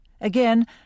Again